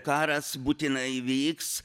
karas būtinai įvyks